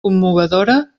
commovedora